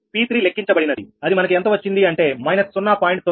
62P3 లెక్కించబడినది అది మనకు ఎంత వచ్చింది అంటే− 0